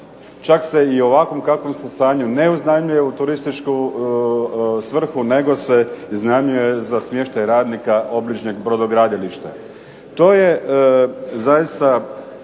čak se i u ovakvom u kakvom su stanju ne iznajmljuju u turističku svrhu nego se iznajmljuje za smještaj radnika obližnjeg brodogradilišta.